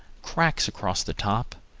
cracks across the top,